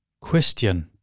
Question